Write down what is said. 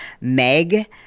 Meg